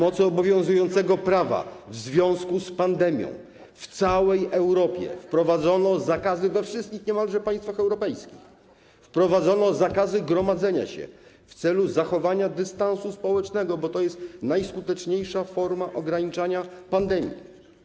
Na mocy obowiązującego prawa, w związku z pandemią w całej Europie, we wszystkich niemalże państwach europejskich, wprowadzono zakazy gromadzenia się w celu zachowania dystansu społecznego, bo to jest najskuteczniejsza forma ograniczania pandemii.